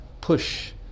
push